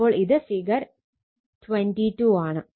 അപ്പോൾ ഇത് ഫിഗർ 22 ആണ്